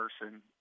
person